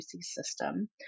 system